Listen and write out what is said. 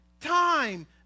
time